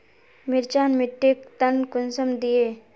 मिर्चान मिट्टीक टन कुंसम दिए?